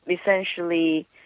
essentially